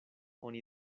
oni